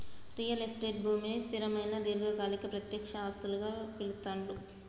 real estate భూమిని స్థిరమైన దీర్ఘకాలిక ప్రత్యక్ష ఆస్తులుగా పిలుత్తాండ్లు